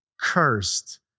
cursed